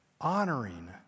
Honoring